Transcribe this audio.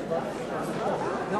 חוק רשות השידור (תיקון מס'